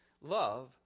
Love